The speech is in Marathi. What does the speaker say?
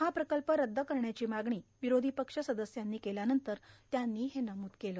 हा प्रकल्प रद्द करण्याची मागणी ांवरोधी पक्ष सदस्यांनी केल्यानंतर त्यांनी हे नमूद केलं